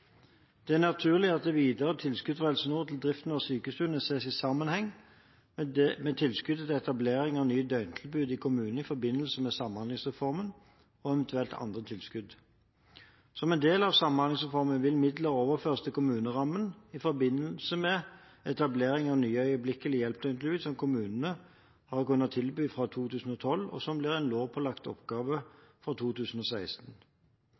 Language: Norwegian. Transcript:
Det er naturlig at videre tilskudd fra Helse Nord til driften av sykestuene ses i sammenheng med tilskuddet til etablering av nye døgntilbud i kommunene i forbindelse med Samhandlingsreformen og eventuelt andre tilskudd. Som en del av Samhandlingsreformen vil midler overføres til kommunerammen i forbindelse med etableringen av nye øyeblikkelig hjelp-døgntilbud som kommunene har kunnet tilby fra 2012, og som blir en lovpålagt oppgave fra 2016.